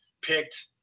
picked